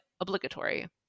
obligatory